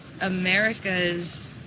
America's